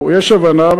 יש הבנה,